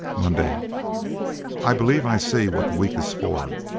monday i believe i see what the week is for